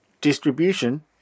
distribution